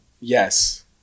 yes